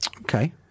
Okay